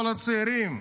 הצעירים,